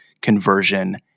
conversion